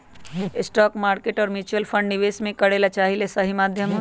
stock market और mutual fund निवेश करे ला सही माध्यम हई